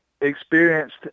experienced